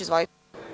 Izvolite.